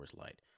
Light